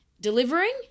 delivering